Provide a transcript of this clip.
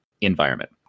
environment